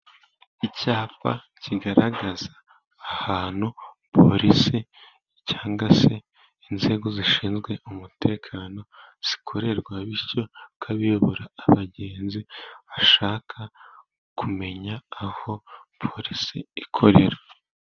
Icyapa kigaragaza ahantu porisi cyangwa se inzego zishinzwe umutekano zikorera, bityo bikaba biyobora abagenzi bashaka kumenya aho porisi ikorera.